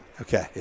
Okay